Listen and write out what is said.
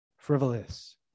Frivolous